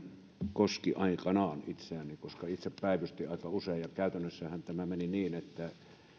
koski aikanaan itseäni koska itse päivystin aika usein käytännössähän tämä meni niin että